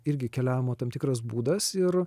irgi keliavimo tam tikras būdas ir